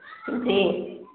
جی